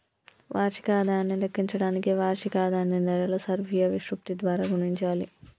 వార్షిక ఆదాయాన్ని లెక్కించడానికి వార్షిక ఆదాయాన్ని నెలల సర్ఫియా విశృప్తి ద్వారా గుణించాలి